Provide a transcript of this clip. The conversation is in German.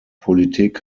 politik